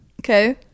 Okay